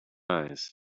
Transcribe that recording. eyes